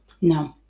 no